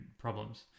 problems